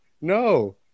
no